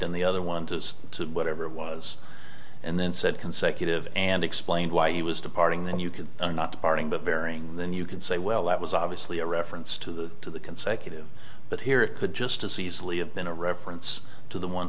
on the other one just to whatever it was and then said consecutive and explained why he was departing then you could not parting but bearing and then you can say well that was obviously a reference to the to the consecutive but here it could just as easily have been a reference to the one